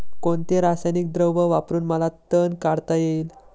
कोणते रासायनिक द्रव वापरून मला तण काढता येईल?